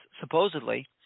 supposedly